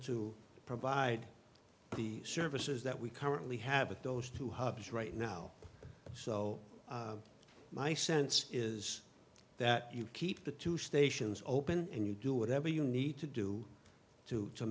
to provide the services that we currently have at those two humps right now so my sense is that you keep the two stations open and you do whatever you need to do to